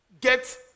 get